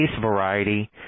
variety